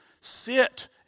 sit